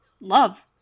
love